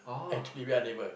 actually we are neighbour